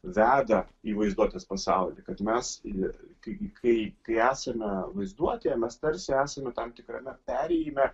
veda į vaizduotės pasaulį kad mes ir kai kai esame vaizduotėje mes tarsi esame tam tikrame perėjime